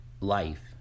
life